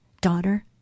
daughter